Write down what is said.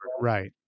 Right